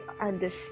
understand